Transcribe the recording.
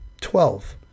Twelve